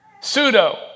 pseudo